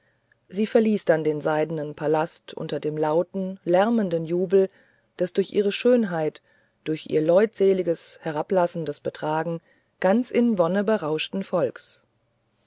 sie verließ dann den seidnen palast unter dem lauten lärmenden jubel des durch ihre schönheit durch ihr leutseliges herablassendes betragen ganz in wonne berauschten volks